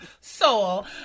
soul